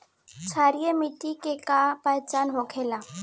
क्षारीय मिट्टी के का पहचान होखेला?